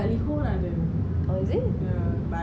oh is it